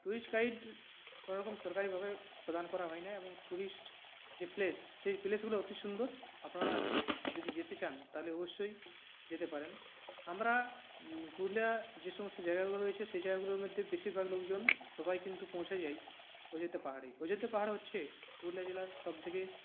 tourist guide কোনোরকম সরকারিভাবে প্রদান করা হয় না এবং টুরিস্ট যে প্লেস সেই প্লেসগুলো অতি সুন্দর আপনারা যদি যেতে চান তাহলে অবশ্যই যেতে পারেন আমরা পুরুলিয়ার যে সমস্ত জায়গাগুলো রয়েছে সে জায়গাগুলোর মধ্যে বেশিরভাগ লোকজন সবাই কিন্তু পৌঁছে যাই অযোধ্যা পাহাড়ে অযোধ্যা পাহাড় হচ্ছে পুরুলিয়া জেলার সবথেকে